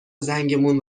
زنگمون